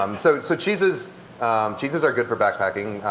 um so so cheeses cheeses are good for backpacking.